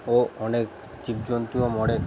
ও অনেক জীবজন্তুও মরে